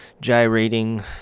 gyrating